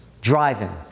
Driving